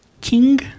King